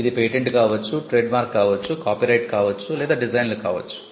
ఇది పేటెంట్ కావచ్చు ట్రేడ్మార్క్ కావచ్చు కాపీరైట్ కావచ్చు లేదా డిజైన్ లు కావచ్చు